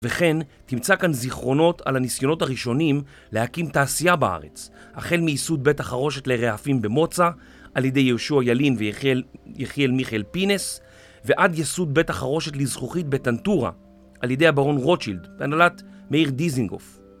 וכן, תמצא כאן זיכרונות על הניסיונות הראשונים להקים תעשייה בארץ החל מייסוד בית החרושת לרעפים במוצא, על ידי יהושע ילין ויחיאל מיכאל פינס ועד ייסוד בית החרושת לזכוכית בטנטורה על ידי הברון רוטשילד והנהלת מאיר דיזינגוף